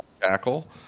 tackle